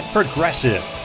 Progressive